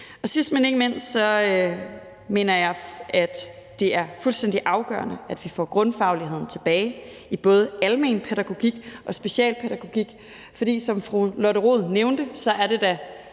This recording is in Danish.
sidst, men ikke mindst, mener jeg, at det er fuldstændig afgørende, at vi får grundfagligheden tilbage i både almen pædagogik og specialpædagogik, for som fru Lotte Rod nævnte, er det da